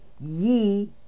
ye